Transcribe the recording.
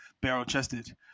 Barrel-chested